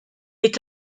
est